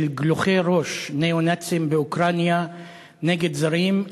של גלוחי ראש ניאו-נאצים באוקראינה נגד זרים,